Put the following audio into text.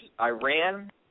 Iran